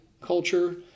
culture